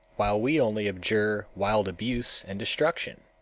while we only abjure wild abuse and destruction.